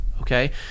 Okay